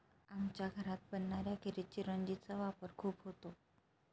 आमच्या घरात बनणाऱ्या खिरीत चिरौंजी चा वापर खूप होतो